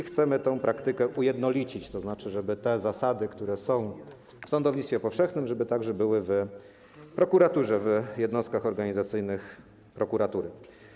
Chcemy tę praktykę ujednolicić, tak żeby te zasady, które są w sądownictwie powszechnym, były także w prokuraturze, w jednostkach organizacyjnych prokuratury.